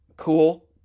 cool